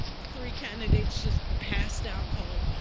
three candidates just passed out cold.